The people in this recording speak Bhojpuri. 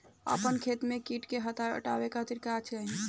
अपना खेत से कीट के हतावे खातिर का करे के चाही?